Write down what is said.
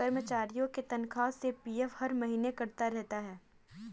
कर्मचारियों के तनख्वाह से पी.एफ हर महीने कटता रहता है